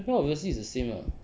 adabel obviously is the same ah